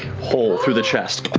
hole through the chest,